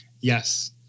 Yes